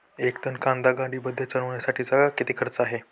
एक टन कांदा गाडीमध्ये चढवण्यासाठीचा किती खर्च आहे?